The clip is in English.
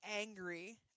angry